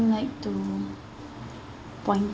like to point